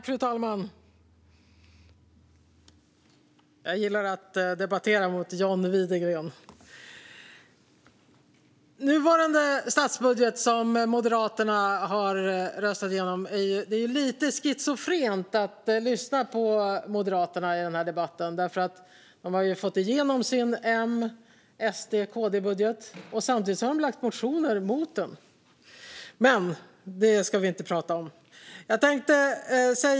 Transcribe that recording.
Fru talman! Jag gillar att debattera mot John Widegren! Det är lite schizofrent att lyssna på Moderaterna i debatten om den nuvarande statsbudgeten, M-SD-KD-budgeten som Moderaterna har röstat igenom. De har ju fått igenom sin budget, och samtidigt har de lagt motioner mot den. Men det ska vi inte prata om.